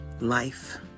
life